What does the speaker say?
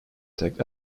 attack